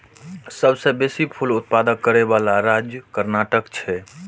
सबसं बेसी फूल उत्पादन करै बला राज्य कर्नाटक छै